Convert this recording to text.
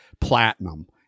platinum